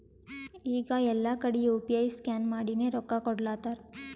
ಈಗ ಎಲ್ಲಾ ಕಡಿ ಯು ಪಿ ಐ ಸ್ಕ್ಯಾನ್ ಮಾಡಿನೇ ರೊಕ್ಕಾ ಕೊಡ್ಲಾತಾರ್